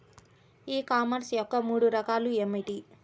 ఈ కామర్స్ యొక్క మూడు రకాలు ఏమిటి?